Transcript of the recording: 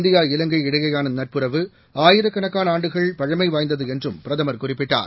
India Ilangai இடையேயான நட்புறவு ஆயிரக்கணக்கான ஆண்டுகள் பழமை வாய்ந்தது என்றும் பிரதமர் குறிப்பிட்டார்